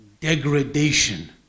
degradation